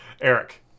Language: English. Eric